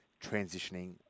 transitioning